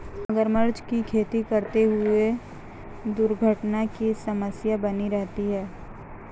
मगरमच्छ की खेती करते हुए दुर्घटना की समस्या बनी रहती है